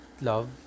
love